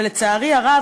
ולצערי הרב,